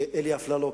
ואלי אפללו,